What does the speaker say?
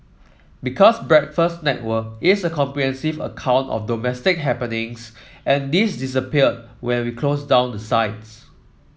because Breakfast Network is a comprehensive account of domestic happenings and this disappeared when we closed down the sites